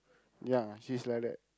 ya she's like that